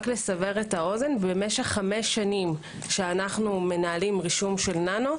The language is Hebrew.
רק לסבר את האוזן במשך חמש שנים שאנו מנהלים רישום ננו,